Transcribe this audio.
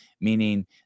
meaning